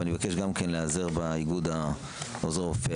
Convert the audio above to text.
ואני מבקש גם להיעזר באיגוד עוזרי רופא